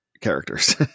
characters